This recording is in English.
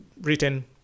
written